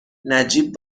نجیب